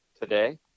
today